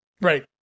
right